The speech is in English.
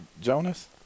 Jonas